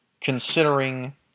considering